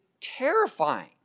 terrifying